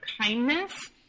kindness